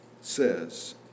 says